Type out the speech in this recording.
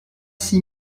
six